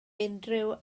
unrhyw